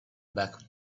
back